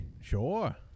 Sure